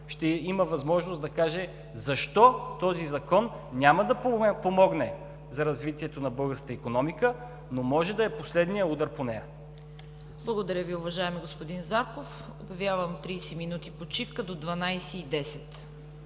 ще има възможност да каже защо този Закон няма да помогне за развитието на българската икономика, но може да е последният удар по нея. ПРЕДСЕДАТЕЛ ЦВЕТА КАРАЯНЧЕВА: Благодаря Ви, уважаеми господин Зарков. Обявявам 30 минути почивка до 12,10